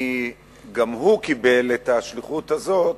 גם הוא קיבל את השליחות הזאת,